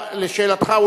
לשאלתך,